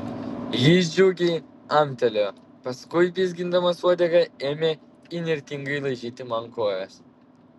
jis džiugiai amtelėjo paskui vizgindamas uodegą ėmė įnirtingai laižyti man kojas